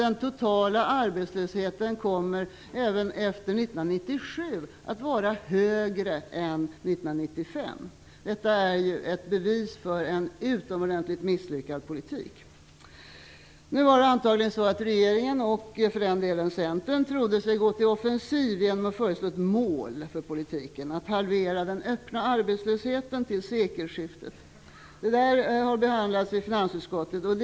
Den totala arbetslösheten kommer även efter 1997 att vara högre än den var 1995. Detta är ett bevis för en utomordentligt misslyckad politik. Regeringen - och även Centern - trodde sig antagligen gripa till offensiven genom att föreslå ett mål för politiken - att halvera den öppna arbetslösheten till sekelskiftet. Detta har behandlats i finansutskottet.